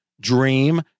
Dream